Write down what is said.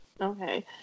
Okay